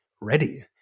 ready